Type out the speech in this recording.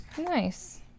Nice